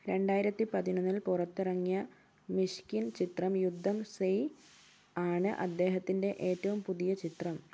രണ്ടായിരത്തി പതിനോന്നിൽ പുറത്തിറങ്ങിയ മിഷ്കിൻ ചിത്രം യുദ്ധം സെയ് ആണ് അദ്ദേഹത്തിൻ്റെ ഏറ്റവും പുതിയ ചിത്രം